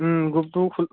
গ্ৰুপটো খ